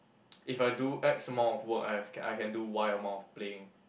if I do X amount of work I've I can do Y amount of playing